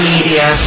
Media